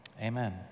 amen